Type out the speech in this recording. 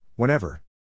Whenever